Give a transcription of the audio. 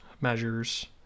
measures